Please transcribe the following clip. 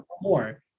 more